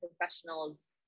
professionals